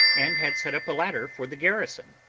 and had set up a ladder for the garrison,